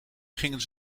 gingen